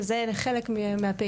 זה חלק מהפעילות.